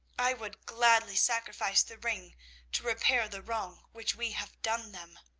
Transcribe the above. i would gladly sacrifice the ring to repair the wrong which we have done them